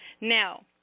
Now